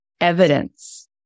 evidence